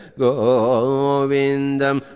govindam